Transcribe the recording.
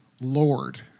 Lord